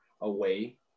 away